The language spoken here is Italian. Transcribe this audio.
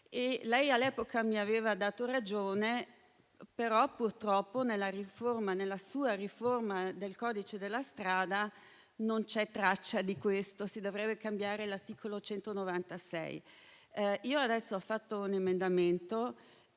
Lei all'epoca mi aveva dato ragione, ma purtroppo, nella sua riforma del codice della strada, non c'è traccia di questo. Si dovrebbe modificare l'articolo 196 e ho predisposto un emendamento,